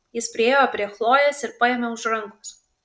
jis priėjo prie chlojės ir paėmė už rankos